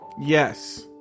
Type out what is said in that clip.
Yes